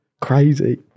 Crazy